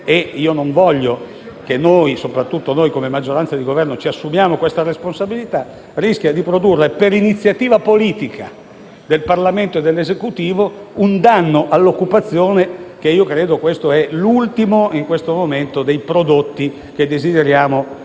e io non voglio che soprattutto noi come maggioranza di Governo ci assumiamo una tale responsabilità - rischia di produrre, per iniziativa politica del Parlamento e dell'Esecutivo, un danno all'occupazione che credo in questo momento sia l'ultimo dei prodotti che desideriamo mettere